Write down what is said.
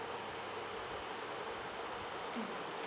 mm